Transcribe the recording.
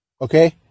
okay